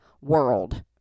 world